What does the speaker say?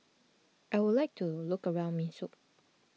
I would like to look around Minsk